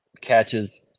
catches